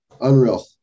Unreal